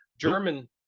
German